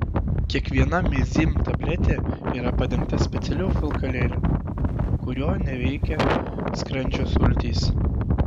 kiekviena mezym tabletė yra padengta specialiu apvalkalėliu kurio neveikia skrandžio sultys